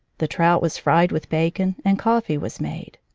the trout was fried with bacon, and coffee was made.